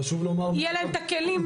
אז שיהיו לאותו פקח את הכלים,